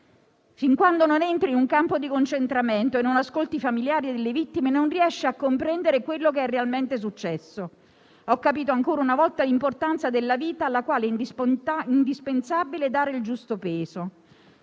Fin quando non entri in un campo di concentramento e non ascolti i familiari delle vittime, non riesci a comprendere quello che è realmente successo. Ho capito ancora una volta l'importanza della vita, alla quale è indispensabile dare il giusto peso.